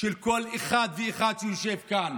של כל אחד ואחד שיושב כאן